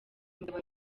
mugabo